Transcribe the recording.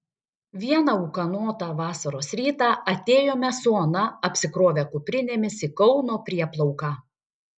vieną ūkanotą vasaros rytą atėjome su ona apsikrovę kuprinėmis į kauno prieplauką